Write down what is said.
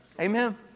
Amen